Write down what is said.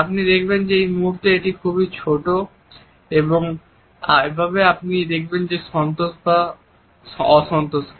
আপনি দেখবেন এই মুহূর্তে এখানে এটি খুব খুব ছোট এবং এভাবে আপনি দেখবেন সন্তোষ বা অসন্তোষকে